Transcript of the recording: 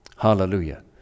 Hallelujah